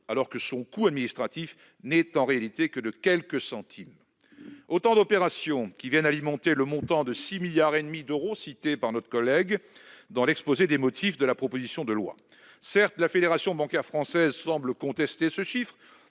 alors que son coût administratif n'est en réalité que de quelques centimes. Autant d'opérations qui viennent alimenter le montant de 6,5 milliards d'euros cité par notre collègue dans l'exposé des motifs de la proposition de loi. Certes, la Fédération bancaire française semble contester ce chiffre,